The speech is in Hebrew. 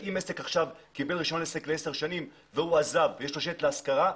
אם עסק עכשיו קיבל רישיון עסק לעשר שנים והוא עזב ויש לו שטח להשכרה,